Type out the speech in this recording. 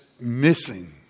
missing